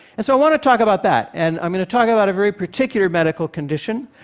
and so i want to talk about that. and i'm going to talk about very particular medical condition.